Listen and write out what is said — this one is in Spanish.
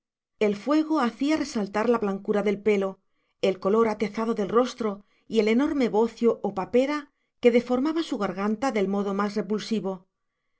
el fuego hacía resaltar la blancura del pelo el color atezado del rostro y el enorme bocio o papera que deformaba su garganta del modo más repulsivo